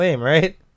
right